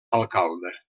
alcalde